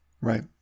Right